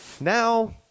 Now